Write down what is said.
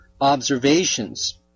observations